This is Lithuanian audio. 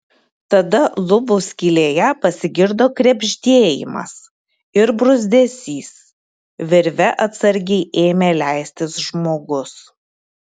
tada lubų skylėje pasigirdo krebždėjimas ir bruzdesys virve atsargiai ėmė leistis žmogus